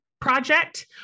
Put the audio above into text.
project